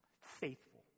faithful